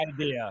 idea